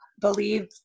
believe